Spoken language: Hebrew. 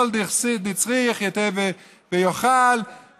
כל דצריך ייתי ויאכל,